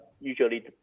usually